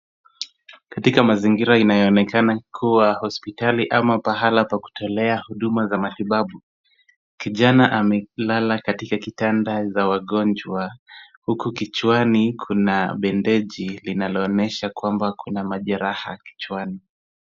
Katika mazingira inayoonekana kuwa hospitali au pahala pakutolea huduma za matibabu, kijana amelala katika kitanda za wagonjwa, huku kichwani kuna bendeji linaloonyesha kwamba kuna majeraha kichwani.